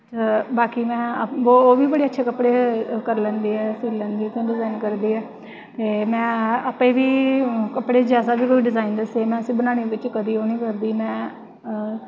बाकी में ओह् बी अच्छे कपड़े करी लैंदी ऐ सी लैंदी ऐ डिजाइन करदी ऐ में आप्पे बी कपड़े च कोई जैसा बी डिजाइन दस्सै में बनाने बिच्च ओह् निं करदी में